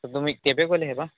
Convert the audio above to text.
ତ ତୁମ କେବେ କହିଲେ ହେବ